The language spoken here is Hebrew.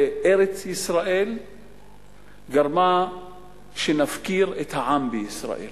ארץ-ישראל גרמו שנפקיר את העם בישראל.